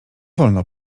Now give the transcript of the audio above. wolno